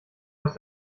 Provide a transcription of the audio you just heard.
aus